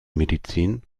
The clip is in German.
medizin